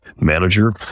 manager